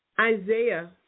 Isaiah